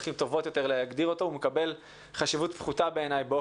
הוא מקבל חשיבות פחותה בעיני באופן כללי בתודעה הציבורית.